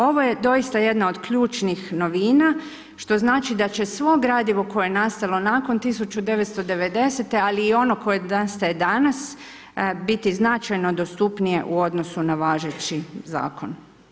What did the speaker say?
Ovo je doista jedna od ključnih novina, što znači da će svo gradivo koje je nastalo nakon 1990., ali i ono koje nastaje danas biti značajno dostupnije u odnosu na važeći zakon.